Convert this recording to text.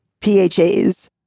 PHAs